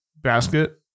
basket